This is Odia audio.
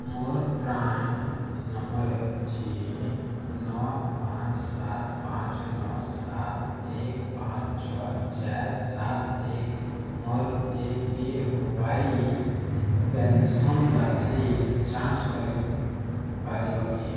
ମୋର ପ୍ରାନ୍ ନମ୍ବର୍ ହେଉଛି ନଅ ପାଞ୍ଚ ସାତ ପାଞ୍ଚ ନଅ ସାତ ଏକ ପାଞ୍ଚ ଛଅ ଚାରି ସାତ ଏକ ମୋର ଏ ପି ୱାଇ ପେନ୍ସନ୍ ରାଶି ଯାଞ୍ଚ କରିପାରିବ କି